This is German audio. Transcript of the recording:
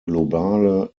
globale